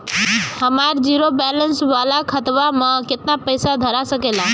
हमार zero balance वाला खतवा म केतना पईसा धरा सकेला?